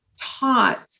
taught